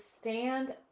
stand